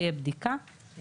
תהיה בדיקה,